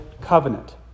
Covenant